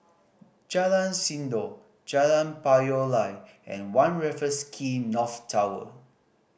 Jalan Sindor Jalan Payoh Lai and One Raffles Quay North Tower